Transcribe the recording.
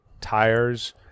tires